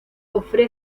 ofrece